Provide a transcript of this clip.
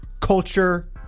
culture